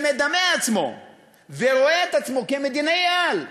שמדמה עצמו ורואה את עצמו כמדינאי-על,